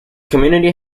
community